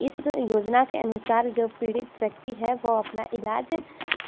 इस योजना के अनुसार जो पीड़ित व्यक्ति है वह अपना इलाज़